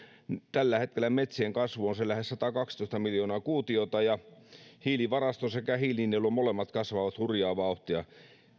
tällä hetkellä metsien kasvu on se lähes satakaksitoista miljoonaa kuutiota ja hiilivarasto sekä hiilinielu molemmat kasvavat hurjaa vauhtia